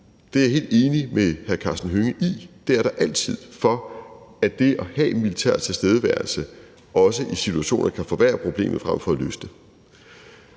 det er jeg helt enig med hr. Karsten Hønge i, og det er der altid – at det at have militær tilstedeværelse også i nogle situationer kan forværre problemet frem for at løse det.